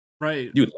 Right